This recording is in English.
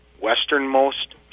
westernmost